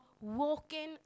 walking